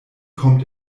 kommt